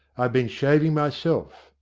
i've been shaving myself,